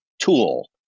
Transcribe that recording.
tool